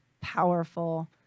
powerful